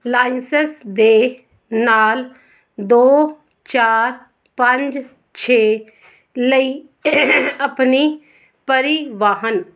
licence ਦੇ ਨਾਲ ਦੋ ਚਾਰ ਪੰਜ ਛੇ ਲਈ ਆਪਣੀ ਪਰਿਵਾਹਨ